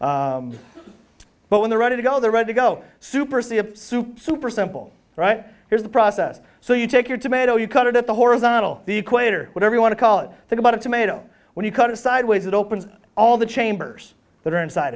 that but when they're ready to go they're ready to go super c of super super simple right here's the process so you take your tomato you cut it at the horizontal the equator whatever you want to call it think about a tomato when you cut it sideways it opens all the chambers that are inside